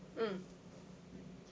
mm